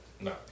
No